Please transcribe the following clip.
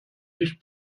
nicht